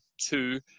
two